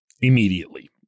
immediately